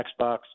Xbox